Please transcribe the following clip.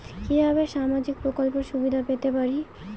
কিভাবে সামাজিক প্রকল্পের সুবিধা পেতে পারি?